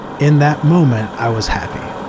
in that moment i was happy.